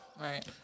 Right